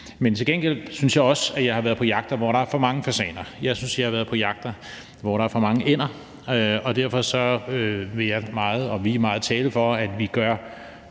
Til gengæld synes jeg også, jeg har været på jagter, hvor der er for mange fasaner, og jeg har været på jagter, hvor jeg synes der har været for mange ænder. Derfor vil jeg og vi meget tale for, at vi gør